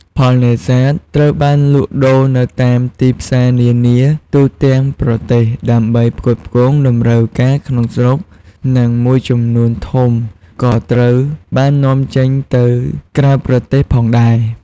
ផលនេសាទត្រូវបានលក់ដូរនៅតាមទីផ្សារនានា ទូទាំងប្រទេស ដើម្បីផ្គត់ផ្គង់តម្រូវការក្នុងស្រុក និងមួយចំនួនធំក៏ត្រូវបាននាំចេញទៅក្រៅប្រទេសផងដែរ។